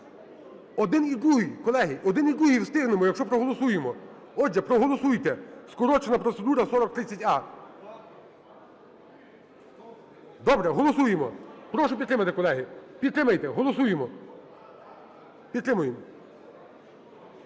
Один і другий, колеги, один і другий встигнемо, якщо проголосуємо. Отже, проголосуйте, скорочена процедура, 4030а. Добре, голосуємо. Прошу підтримати колеги, підтримайте, голосуємо. Підтримуємо!